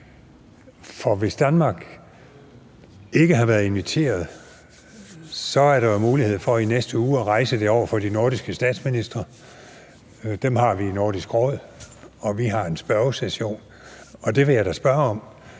hvis Danmark ikke har været inviteret, er der jo mulighed for i næste uge at rejse et spørgsmål om det over for de nordiske statsministre – dem har vi i Nordisk Råd, og vi har en spørgesession, og det vil jeg da spørge ind